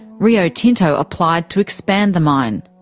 rio tinto applied to expand the mine.